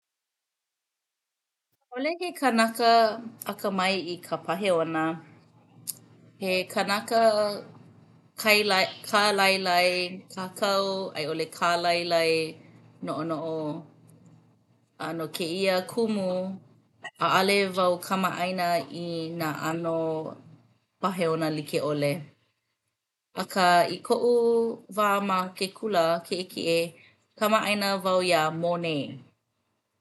ʻAʻole he kanaka akamai i ka pāheona he kanaka kaila kālailai kākau a i ʻole kālailai noʻonoʻo a no kēīa kumu ʻaʻale wau kamaʻāina i nā ʻano pāheona like ʻole. Akā i koʻu wā ma ke kula kiʻekiʻe kamaʻāina wau iā Monet.